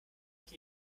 mich